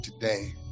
today